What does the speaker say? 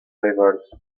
rivers